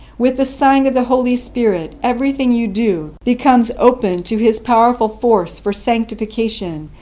with the sign of the holy spirit, everything you do becomes open to his powerful force for sanctification,